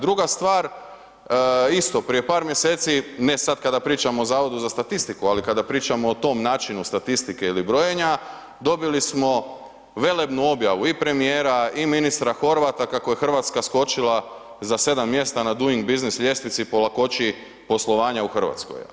Druga stvar, isto prije par mjeseci, ne sada kad pričam o Zavodu za statistiku, ali kada pričamo o tom načinu statistike ili brojenja dobili smo velebnu objavu i premijera i ministra Horvata kako je Hrvatska skočila za 7 mjesta na Doing Business ljestvici po lakoći poslovanja u Hrvatskoj.